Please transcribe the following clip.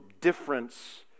difference